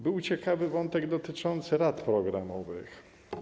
Był ciekawy wątek dotyczący rad programowych.